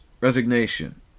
resignation